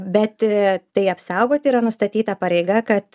bet tai apsaugoti yra nustatyta pareiga kad